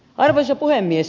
arvoisa puhemies